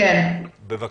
בבקשה.